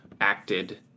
acted